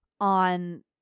on